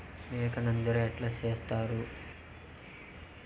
మేక నంజర ఎట్లా సేస్తారు?